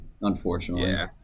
unfortunately